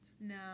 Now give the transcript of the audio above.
No